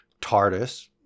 TARDIS